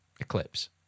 eclipse